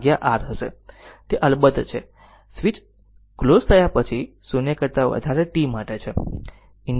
તે અલબત્ત છે સ્વીચ સ્વીચ ક્લોઝ થયા પછી 0 કરતા વધારે t માટે છે